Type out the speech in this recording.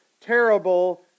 terrible